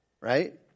Right